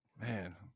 Man